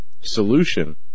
solution